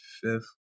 fifth